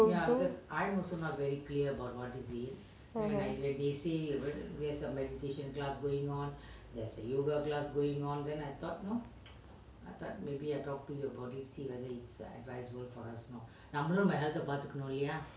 go mm